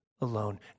alone